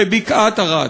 בבקעת-ערד,